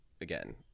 again